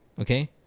Okay